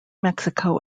mexico